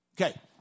Okay